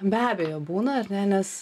be abejo būna ar ne nes